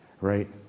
right